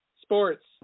Sports